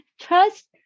trust